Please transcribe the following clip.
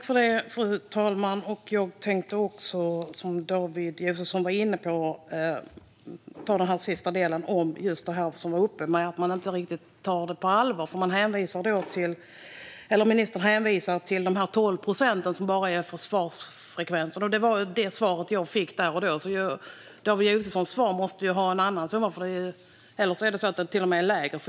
Fru talman! Jag tänkte ta upp det som David Josefsson var inne på, nämligen att man inte riktigt tar detta på allvar. Ministern hänvisar till en svarsfrekvens på 12 procent. Det var det svaret jag fick där och då. David Josefsson måste ha en annan summa, eller så är den till och med lägre.